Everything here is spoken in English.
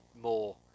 more